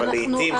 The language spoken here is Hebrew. אבל לעתים,